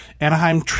Anaheim